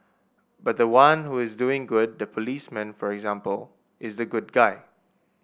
but the one who is doing good the policeman for example is the good guy